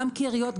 גם כעיריות,